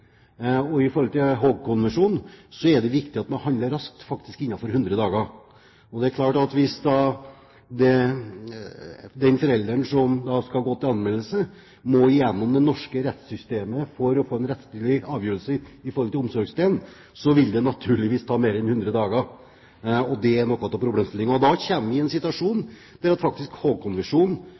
viktig at man handler raskt, faktisk innenfor 100 dager. Men hvis den forelderen som skal gå til anmeldelse, må gjennom det norske rettssystemet for å få en rettslig avgjørelse om omsorgsdelen, vil det naturligvis ta mer enn 100 dager. Det er noe av problemstillingen. Da kommer vi i en situasjon der Haagkonvensjonen brukes omvendt av det som er intensjonen, der intensjonen om å sikre at